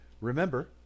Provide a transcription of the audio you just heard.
Remember